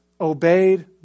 obeyed